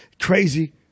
crazy